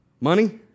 Money